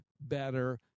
better